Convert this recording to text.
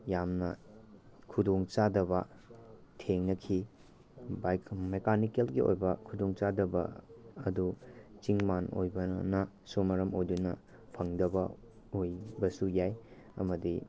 ꯌꯥꯝꯅ ꯈꯨꯗꯣꯡꯆꯥꯗꯕ ꯊꯦꯡꯅꯈꯤ ꯕꯥꯏꯛ ꯃꯦꯀꯥꯅꯤꯀꯦꯜꯒꯤ ꯑꯣꯏꯕ ꯈꯨꯗꯣꯡꯆꯥꯗꯕ ꯑꯗꯨ ꯆꯤꯡ ꯃꯥꯟ ꯑꯣꯏꯕꯅꯁꯨ ꯃꯔꯝ ꯑꯣꯏꯗꯨꯅ ꯐꯪꯗꯕ ꯑꯣꯏꯕꯁꯨ ꯌꯥꯏ ꯑꯃꯗꯤ